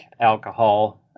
alcohol